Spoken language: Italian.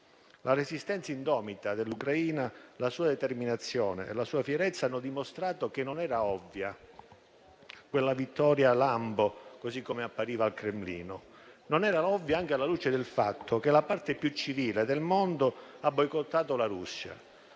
La resistenza indomita dell'Ucraina, la sua determinazione e la sua fierezza hanno dimostrato che non era ovvia quella vittoria lampo che appariva al Cremlino. Non era ovvia anche alla luce del fatto che la parte più civile del mondo ha boicottato la Russia,